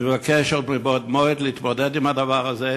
אני מבקש מבעוד מועד להתמודד עם הדבר הזה